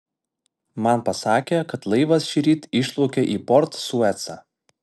man pasakė kad laivas šįryt išplaukė į port suecą